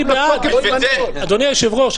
לו לכתוב --- אדוני היושב-ראש,